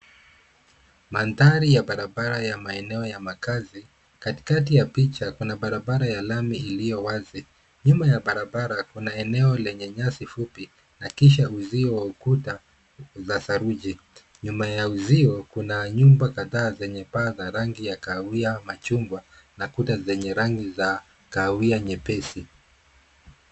Mandhari ya barabara ya maeneo ya makazi. Katikati ya picha kuna barabara ya lami iliyo wazi. Nyumba ya barabara kuna eneo lenye nyasi fupi na kisha uzio wa ukuta nsa saruji. Nyuma ya uzio kuna nyumba kadhaa zenye paa za kahawia machungwa na kuta zenye rangi ya kahawia nyepesi.